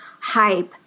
hype